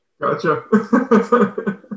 Gotcha